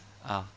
ah